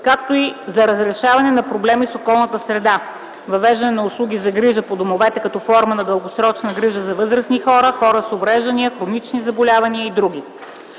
както и за разрешаване на проблеми с околната среда; - въвеждане на услуги за грижа по домовете като форма на дългосрочна грижа за възрастни хора, хора с увреждания и хронични заболявания и други;